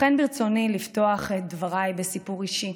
לכן ברצוני לפתוח את דבריי בסיפור אישי.